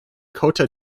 kota